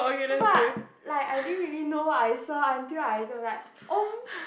but like I didn't really know what I saw until I also like oh